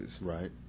right